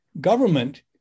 government